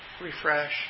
refresh